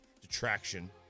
detraction